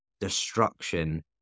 destruction